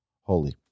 holy